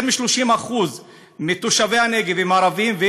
יותר מ-30% מתושבי הנגב הם ערבים,